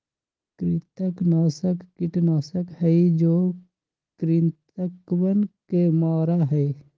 कृंतकनाशक कीटनाशक हई जो कृन्तकवन के मारा हई